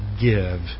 give